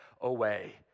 away